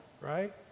right